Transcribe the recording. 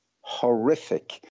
horrific